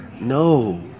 No